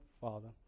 Father